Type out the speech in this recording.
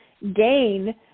gain